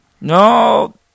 No